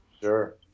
Sure